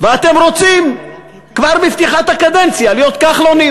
ואתם רוצים כבר בפתיחת הקדנציה להיות כחלונים.